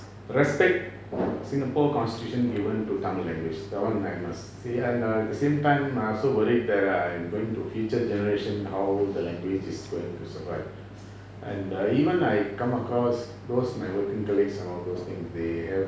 respect singapore constitution given to tamil language that [one] I must say and err the same time I'm so worried that um going to future generation how the language is going to survive and err even I come across those my working colleagues and all those things they have